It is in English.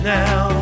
now